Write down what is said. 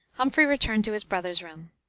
humphrey returned to his brother's room.